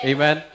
Amen